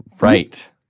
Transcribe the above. Right